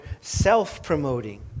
self-promoting